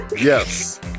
Yes